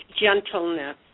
gentleness